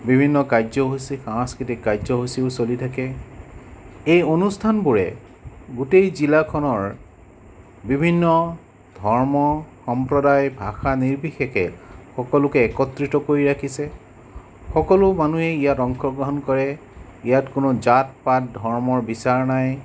বিভিন্ন কাৰ্য্যসূচী সাংস্কৃতিক কাৰ্য্যসূচীও চলি থাকে এই অনুস্থানবোৰে গোটেই জিলাখনৰ বিভিন্ন ধৰ্ম সম্প্ৰদায় ভাষা নিৰ্বিশেষে সকলোকে একত্ৰিত কৰি ৰাখিছে সকলো মানুহেই ইয়াত অংশগ্ৰহণ কৰে ইয়াত কোনো জাত পাত ধৰ্মৰ বিচাৰ নাই